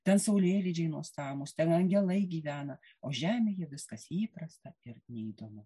ten saulėlydžiai nuostabūs angelai gyvena o žemėje viskas įprasta ir neįdomu